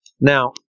Now